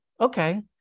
okay